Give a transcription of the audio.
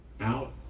out